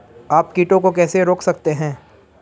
आप कीटों को कैसे रोक सकते हैं?